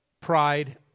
pride